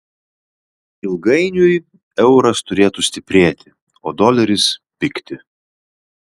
ilgainiui euras turėtų stiprėti o doleris pigti